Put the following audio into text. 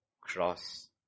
cross